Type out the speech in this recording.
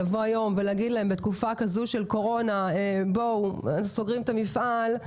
לבוא היום ולהגיד להם בתקופה כזו של קורונה שסוגרים את המפעל,